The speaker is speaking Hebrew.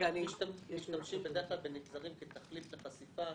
אנחנו משתמשים בדרך כלל בנגזרים כתחליף לחשיפה.